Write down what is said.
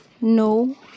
no